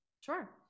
Sure